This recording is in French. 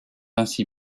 ainsi